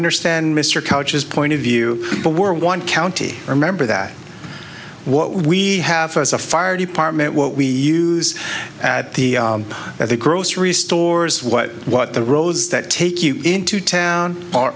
understand mr coaches point of view but we're one county remember that what we have as a fire department what we use at the at the grocery stores what what the roads that take you into town are